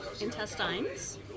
intestines